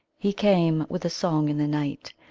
he came, with a song in the night.